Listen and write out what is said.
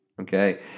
Okay